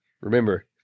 remember